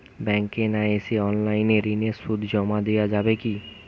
ব্যাংকে না এসে অনলাইনে ঋণের সুদ জমা দেওয়া যাবে কি?